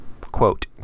quote